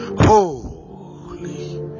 holy